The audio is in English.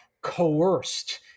Coerced